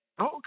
okay